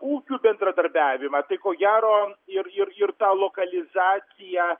ūkių bendradarbiavimą tai ko gero ir ir ir tą lokalizaciją